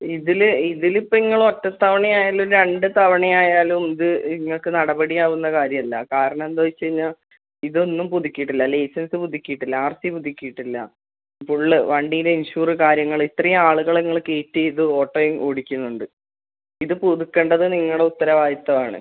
ഇതില് ഇതിലിപ്പം നിങ്ങൾ ഒറ്റത്തവണയായാലും രണ്ട് തവണയായാലും ഇത് നിങ്ങൾക്ക് കാര്യമല്ല നടപടിയാവുന്ന കാര്യമല്ല കാരണമെന്താണെന്ന് വെച്ച് കഴിഞ്ഞാൽ ഇതൊന്നും പുതുക്കിയിട്ടില്ല ലൈസൻസ് പുതുക്കിയിട്ടില്ല ആർ സി പുതുക്കിയിട്ടില്ല ഫുള്ള് വണ്ടീൻ്റെ ഇൻഷുറ് കാര്യങ്ങള് ഇത്രയും ആളുകളെ നിങ്ങൾ കയറ്റിയത് ഓട്ടയും ഓടിക്കുന്നുണ്ട് ഇത് പുതുക്കേണ്ടത് നിങ്ങളുടെ ഉത്തരവാദിത്തമാണ്